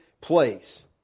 place